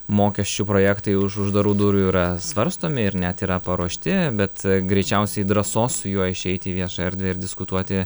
mokesčių projektai už uždarų durų yra svarstomi ir net yra paruošti bet greičiausiai drąsos su juo išeiti į viešą erdvę ir diskutuoti